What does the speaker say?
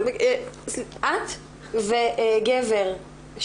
את וגבר,